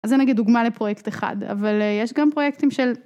אז זו נגיד דוגמה לפרויקט אחד, אבל יש גם פרויקטים של.